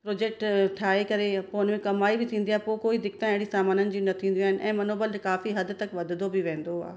project ठाहे करे पोइ उन में कमाई बि थींदी आहे पोइ कोई दिक़तां अहिड़ी सामाननि जी न थींदियूं आहिनि ऐं मनोबल काफ़ी हद तक वधंदो बि वेंदो आहे